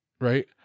Right